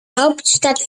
hauptstadt